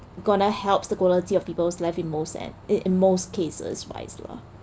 gonna helps the quality of people's life in most and in in most cases wise lah